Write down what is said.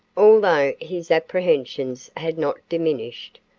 although his apprehensions had not diminished,